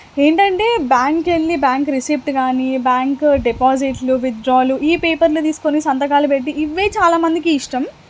ఏంటంటే బ్యాంకెళ్ళి bank receipt గానీ బ్యాంక్ డిపాజిట్లు విత్డ్రాలు ఈ పేపర్లు తీసుకొని సంతకాలు పెట్టి ఇవే చాలా మందికి ఇష్టం